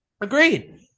Agreed